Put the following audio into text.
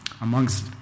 amongst